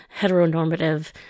heteronormative